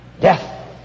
Death